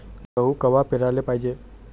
गहू कवा पेराले पायजे?